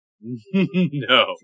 No